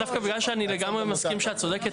דווקא בגלל שאני לגמרי מסכים שאת צודקת